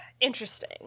Interesting